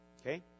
Okay